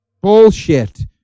Bullshit